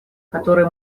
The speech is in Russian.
которые